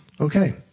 Okay